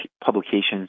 publications